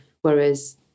whereas